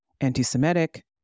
anti-Semitic